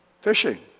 fishing